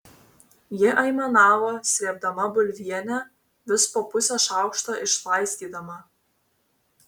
ji aimanavo srėbdama bulvienę vis po pusę šaukšto išlaistydama